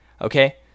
okay